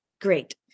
great